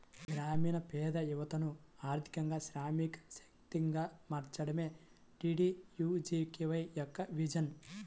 గ్రామీణ పేద యువతను ఆర్థికంగా శ్రామిక శక్తిగా మార్చడమే డీడీయూజీకేవై యొక్క విజన్